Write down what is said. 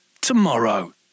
tomorrow